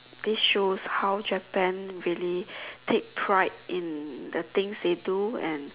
this shows how Japan really takes pride in the things they do and